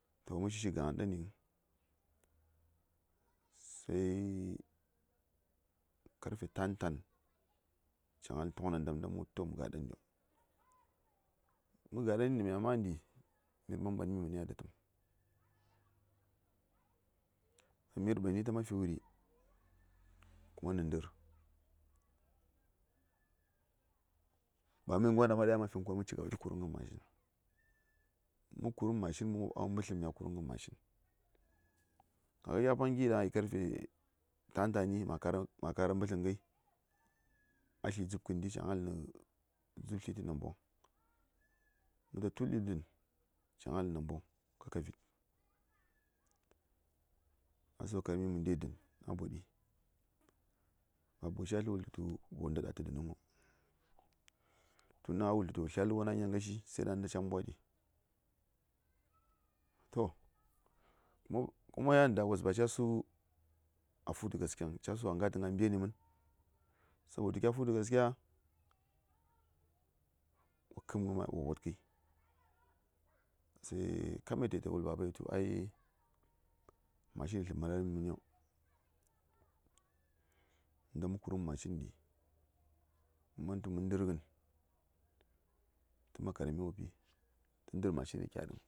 To, mə shishi gaghən ɗani, sai karfe tantan cəŋalne toknandam a ngalai, migha maghənɗi, sai mə manslə:ri a datəm. Ɗaŋ mə:r mani ta mafi wuri? mə kuruŋ machine ko wo mob awa ɓəsləŋ mya kuruŋən machine. a zlamɗi ma kara ɓəsləŋai,a sli zupkən ɗi ca ŋal nə dzup-sliəti-namboŋ. Mə tul ɗi dən, ca ŋal nə namboŋ kə kavit. A saukar mi mə ndai dən, a boɗi. Baba gwashi a ta slən wultə tu ba wo nda ɗa:tə dənəŋ, tun a yi wul tu wo sli a ləbwon a nyangashi, sai ɗaŋni nda cə mbwaɗi. To, kuma yan da gwashi ba cə su a fu:tə gaskiyas vəŋ, cə su tu a ngatə nə mberni mən. In kya fu:tə gaskiya wo kə:mgə ma:, wo votkəi. Sai kama ti ta wul babas tu ai, machine ta ma̱ra mi məni, nda mə kuruŋ machine ɗi, mə man tu mən ndirghən, tə makara mi woppi, tə ndi:r machine ni kyaɗiŋ...